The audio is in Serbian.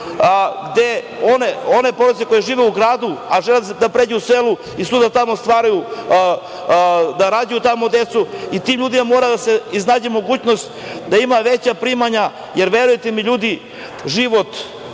gde one porodice koje žive u gradu, a žele da pređu u selu i sutra tamo stvaraju, da rađaju tamo decu i tim ljudima mora da se iznađe mogućnost da ima veća primanja, jer verujte mi, ljudi, život